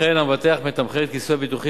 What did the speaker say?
ולכן המבטח מתמחר את הכיסוי הביטוחי